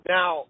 Now